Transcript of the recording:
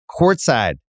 courtside